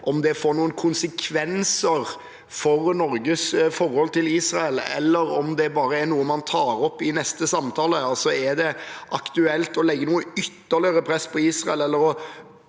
om det får noen konsekvenser for Norges forhold til Israel, eller om det bare er noe man tar opp i neste samtale. Er det aktuelt å legge noe ytterligere press på Israel